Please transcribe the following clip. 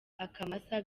akamasa